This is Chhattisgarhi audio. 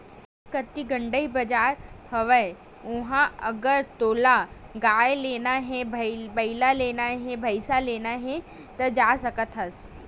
हमर कती गंड़ई बजार हवय उहाँ अगर तोला गाय लेना हे, बइला लेना हे, भइसा लेना हे ता जा सकत हस